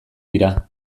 dira